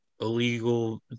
illegal